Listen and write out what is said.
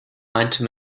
meinte